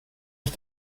ich